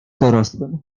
dorosłym